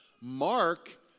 Mark